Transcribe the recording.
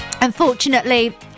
Unfortunately